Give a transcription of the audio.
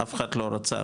אף אחד לא רצה,